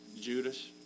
Judas